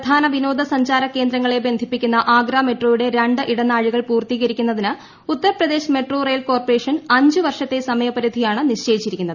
പ്രധാന വിനോദസഞ്ചാര കേന്ദ്രങ്ങളെ ബന്ധിപ്പിക്കുന്ന ആഗ്ര മെട്രോയുടെ രണ്ട് ഇടനാഴികൾ പൂർത്ത്രീക്രിക്കുന്നതിന് ഉത്തർപ്രദേശ് മെട്രോ റെയിൽ ക്ടോർപ്പറേഷൻ അഞ്ച് വർഷത്തെ സമയപരിധിയാണ് ്ട്രിശ്ച്യിച്ചിരിക്കുന്നത്